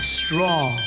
strong